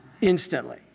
Instantly